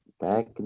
back